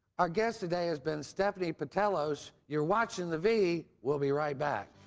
our guest today has been stephanie petelos. you're watching the v. we'll be right back.